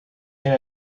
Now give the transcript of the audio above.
era